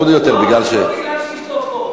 זה לא בגלל שאשתו פה.